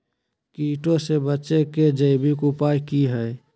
कीटों से बचे के जैविक उपाय की हैय?